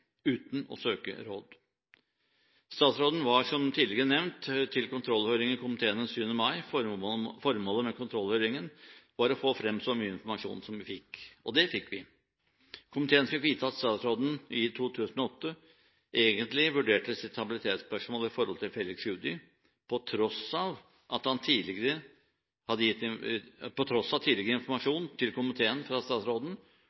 uten å søke råd. Statsråden var, som tidligere nevnt, til kontrollhøring i komiteen den 7. mai. Formålet med kontrollhøringen var å få frem så mye informasjon som mulig, og det fikk vi. Komiteen fikk vite at statsråden i 2008 egentlig vurderte sitt habilitetsspørsmål i forhold til Felix Tschudi på tross av tidligere informasjon til komiteen fra statsråden